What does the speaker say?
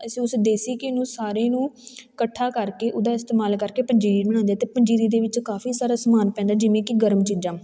ਅਸੀਂ ਉਸ ਦੇਸੀ ਘੀ ਨੂੰ ਸਾਰੇ ਨੂੰ ਇਕੱਠਾ ਕਰਕੇ ਉਹਦਾ ਇਸਤੇਮਾਲ ਕਰਕੇ ਪੰਜੀਰੀ ਬਣਾਉਂਦੇ ਹਾਂ ਅਤੇ ਪੰਜੀਰੀ ਦੇ ਵਿੱਚ ਕਾਫੀ ਸਾਰਾ ਸਮਾਨ ਪੈਂਦਾ ਜਿਵੇਂ ਕਿ ਗਰਮ ਚੀਜ਼ਾਂ